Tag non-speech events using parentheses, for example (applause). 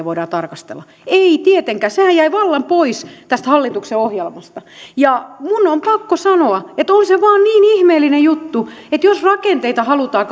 (unintelligible) voidaan tarkastella ei tietenkään sehän jäi vallan pois tästä hallituksen ohjelmasta minun on pakko sanoa että on se vain niin ihmeellinen juttu että jos rakenteita halutaan (unintelligible)